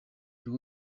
buri